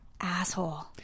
asshole